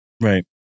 Right